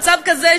במצב כזה,